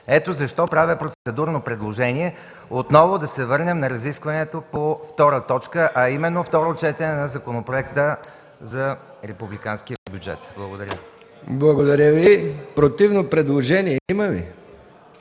Ето защо правя процедурно предложение отново да се върнем на разискванията по втора точка, а именно – второ четене на Законопроекта за републиканския бюджет. ПРЕДСЕДАТЕЛ МИХАИЛ МИКОВ: Благодаря Ви. Противно предложение има ли?